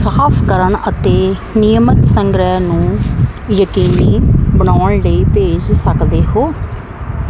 ਸਾਫ਼ ਕਰਨ ਅਤੇ ਨਿਯਮਿਤ ਸੰਗ੍ਰਹਿ ਨੂੰ ਯਕੀਨੀ ਬਣਾਉਣ ਲਈ ਭੇਜ ਸਕਦੇ ਹੋ